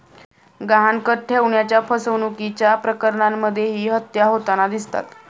गहाणखत ठेवण्याच्या फसवणुकीच्या प्रकरणांमध्येही हत्या होताना दिसतात